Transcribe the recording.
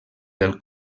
del